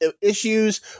issues